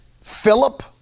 Philip